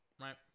right